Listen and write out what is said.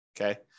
Okay